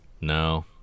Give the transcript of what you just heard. No